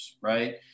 right